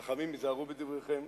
חכמים, היזהרו בדבריכם.